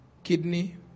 kidney